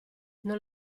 non